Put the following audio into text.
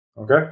Okay